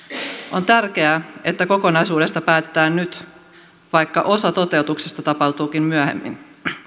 on tärkeää että kokonaisuudesta päätetään nyt vaikka osa toteutuksista tapahtuukin myöhemmin